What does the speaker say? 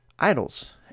idols